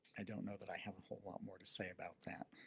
i don't know that i have a whole lot more to say about that.